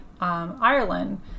Ireland